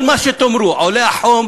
כל מה שתאמרו, עולה החום?